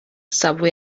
subway